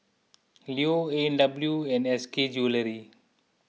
Leo A and W and S K Jewellery